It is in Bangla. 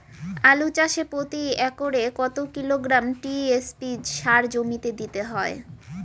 আলু চাষে প্রতি একরে কত কিলোগ্রাম টি.এস.পি সার জমিতে দিতে হয়?